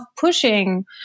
pushing